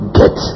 get